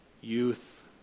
Youth